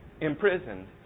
imprisoned